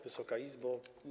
Wysoka Izbo!